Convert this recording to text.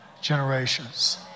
generations